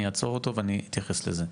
אני אעצור אותו ואני אתייחס לזה.